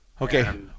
Okay